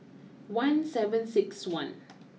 one seven six one